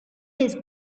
his